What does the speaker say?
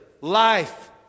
life